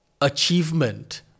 achievement